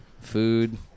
Food